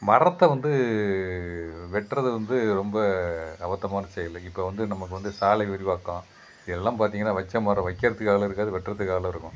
மரத்தை வந்து வெட்டுறது வந்து ரொம்ப அபத்தமான செயல் இப்போ வந்து நமக்கு வந்து சாலை விரிவாக்கம் எல்லாம் பார்த்திங்கன்னா வச்ச மரம் வைக்கிறதுக்கு ஆள் இருக்காது வெட்டுறதுக்கு ஆள் இருக்கும்